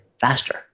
faster